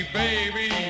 baby